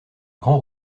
grands